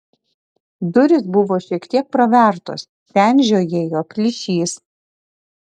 durys buvo šiek tiek pravertos ten žiojėjo plyšys